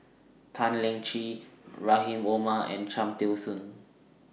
Tan Lian Chye Rahim Omar and Cham Tao Soon